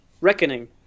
Reckoning